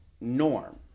norm